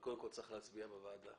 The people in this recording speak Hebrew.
אבל קודם כול צריך להצביע בוועדה.